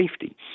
safety